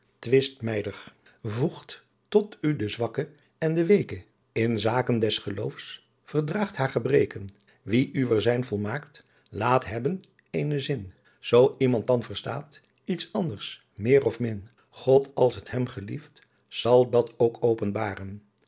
maet twistmijdig voegt tot u de swakken en de weeken in saken des geloofs verdraegend haer gebreken wie uwer sijn volmaekt laet hebben eenen sin soo yemand dan verstaet iet anders meer of min god als het hem gelieft sal dat ook openbaren